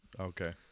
okay